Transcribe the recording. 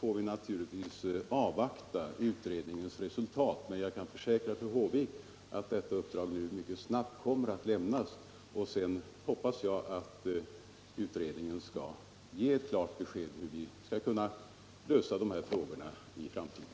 får vi naturligtvis avvakta utredningens resultat, men jag kan försäkra fru Håvik att detta uppdrag kommer att lämnas mycket snabbt. Jag hoppas att utredningen skall ge ett klart besked om hur vi skall kunna lösa dessa frågor i framtiden.